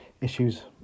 issues